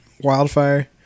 Wildfire